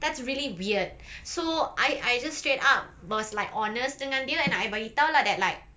that's really weird so I I just straight up was like honest dengan dia and I bagi tahu lah that like